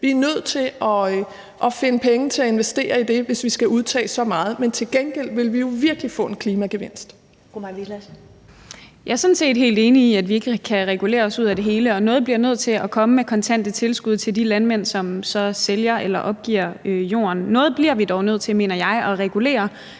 Vi er nødt til at finde penge til at investere i det, hvis vi skal udtage så meget, men til gengæld vil vi jo virkelig få en klimagevinst. Kl. 14:31 Første næstformand (Karen Ellemann): Fru Mai Villadsen. Kl. 14:31 Mai Villadsen (EL): Jeg er sådan set helt enig i, at vi ikke kan regulere os ud af det hele, og noget bliver nødt til at komme via kontante tilskud til de landmænd, som så sælger eller opgiver jorden. Noget bliver vi dog nødt til, mener jeg, at regulere,